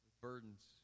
burdens